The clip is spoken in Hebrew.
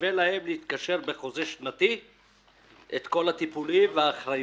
ששווה להם להתקשר בחוזה שנתי את כל הטיפולים והאחריות.